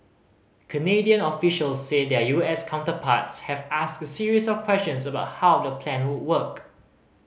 Canadian officials say their U S counterparts have asked a series of questions about how the plan would work